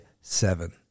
seven